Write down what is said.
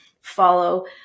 follow